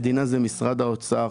המדינה זה משרד האוצר.